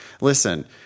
listen